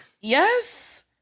Yes